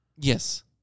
Yes